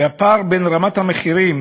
והפער בין רמת המחירים